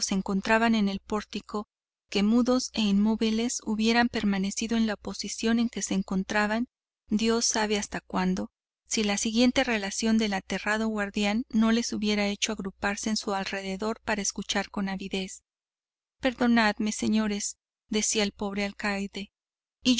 se encontraban en el pórtico que mudos e inmóviles hubieran permanecido en la posición en que se encontraban dios sabe cuánto si la siguiente relación del guardián no las hubiera hecho agruparse en su alrededor para escuchar con avidez perdonadme señores decía el pobre alcaide